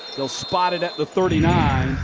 they'll spot it at the thirty nine.